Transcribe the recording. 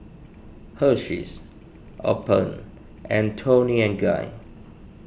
Hersheys Alpen and Toni and Guy